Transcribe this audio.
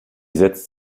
setzt